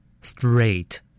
straight